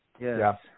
Yes